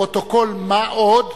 לפרוטוקול, מה עוד